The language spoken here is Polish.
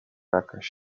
jakaś